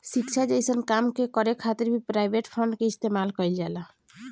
शिक्षा जइसन काम के करे खातिर भी प्राइवेट फंड के इस्तेमाल कईल जाला